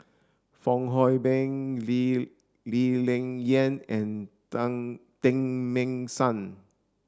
Fong Hoe Beng Lee Lee Ling Yen and Teng Mah Seng